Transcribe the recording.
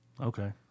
Okay